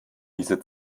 diese